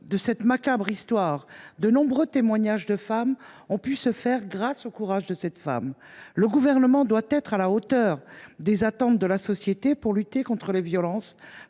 de cette macabre histoire, de nombreux témoignages de victimes ont surgi grâce au courage de cette femme. Le Gouvernement doit être à la hauteur des attentes de la société pour lutter contre les violences